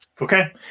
Okay